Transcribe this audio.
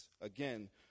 Again